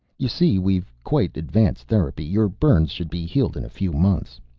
you see we've quite advanced therapy. your burns should be healed in a few months.